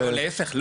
להיפך.